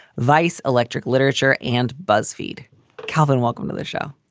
vice. electric literature and buzzfeed calvin, welcome to the show.